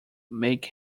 make